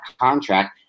contract